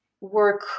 work